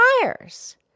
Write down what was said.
tires